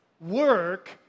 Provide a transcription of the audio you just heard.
Work